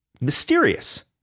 mysterious